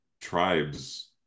tribes